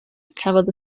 cafodd